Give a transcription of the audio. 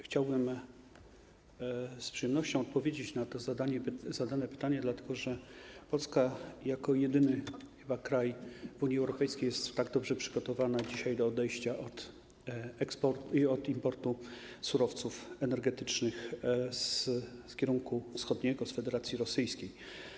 Chciałbym z przyjemnością odpowiedzieć na te zadane pytania, dlatego że Polska jako chyba jedyny kraj w Unii Europejskiej jest tak dobrze przygotowana dzisiaj do odejścia od importu surowców energetycznych z kierunku wschodniego, z Federacji Rosyjskiej.